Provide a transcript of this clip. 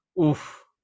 Oof